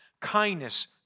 kindness